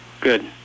Good